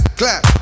clap